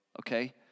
okay